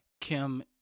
Kim